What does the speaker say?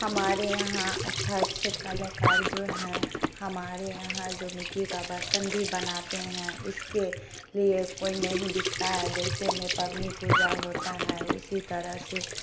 हमारे यहाँ अच्छा अच्छे कलाकार जो है हमारे यहाँ जो मिट्टी का बर्तन भी बनाते हैं उसके लिए कोई नहीं बिकता है जैसे में पबनी पूजा होता है उसी तरह से